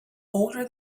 older